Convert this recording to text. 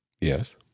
Yes